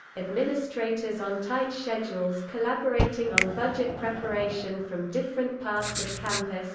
administrators on tight schedules collaborating on budget preparation from different parts of campus